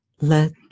let